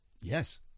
Yes